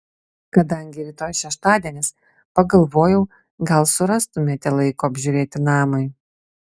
kadangi rytoj šeštadienis pagalvojau gal surastumėte laiko apžiūrėti namui